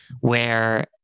where-